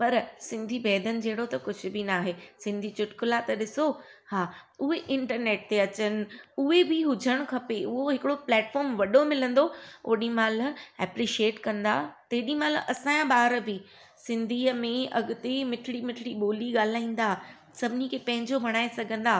पर सिंधी बैदनि जहिड़ो त कुझु बि न आहे सिंधी चुटकला त ॾिसो हा उहे इंटरनेट ते अचनि उहे बि हुजनि खपे हूअ हिकिड़ो प्लेटफॉर्म वॾो मिलंदो ओॾीमहिल एप्रिशिएट कंदा तेॾीमहिल असांजा ॿार बि सिंधीअ में अॻिते मिठड़ी मिठड़ी ॿोली ॻाल्हाईंदा सभिनी खे पंहिंजो ॿणाए सघंदा